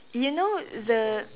you know the